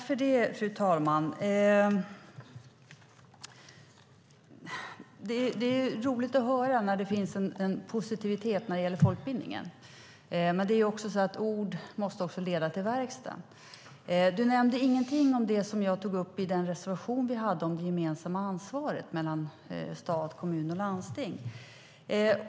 Fru talman! Det är roligt att höra att det finns en positivitet när det gäller folkbildningen, men ord måste också leda till verkstad. Anne Marie Brodén nämnde inget om det som jag tog upp i vår reservation om det gemensamma ansvaret mellan stat, kommun och landsting.